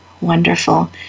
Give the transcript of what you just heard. Wonderful